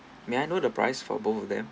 may I know the price for both of them